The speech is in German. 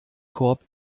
korb